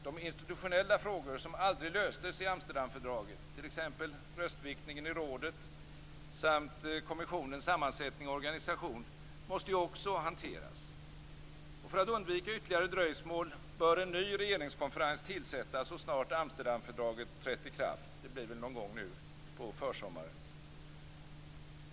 De institutionella frågor som aldrig löstes i Amsterdamfördraget, t.ex. röstviktningen i rådet samt kommissionens sammansättning och organisation, måste också hanteras. För att undvika ytterligare dröjsmål bör en ny regeringskonferens tillsättas så snart Amsterdamfördraget har trätt i kraft. Det blir väl någon gång nu på försommaren.